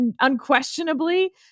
unquestionably